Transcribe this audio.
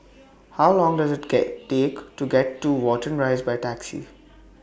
How Long Does IT get Take to get to Watten Rise By Taxi